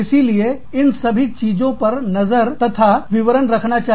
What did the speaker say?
इसीलिए इन सभी चीजों पर नजर तथा विवरणरिकॉर्ड रखना चाहिए